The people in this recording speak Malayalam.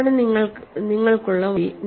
ഇതാണ് നിങ്ങൾക്കുള്ള വഴി